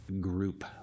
group